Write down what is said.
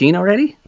already